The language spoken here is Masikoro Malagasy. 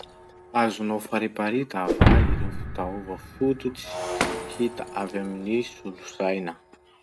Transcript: Azonao fariparita va ireo fitaova fototsy hita avy amin'ny solosaina?